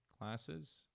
classes